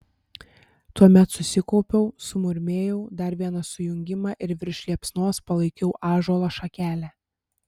tuomet susikaupiau sumurmėjau dar vieną sujungimą ir virš liepsnos palaikiau ąžuolo šakelę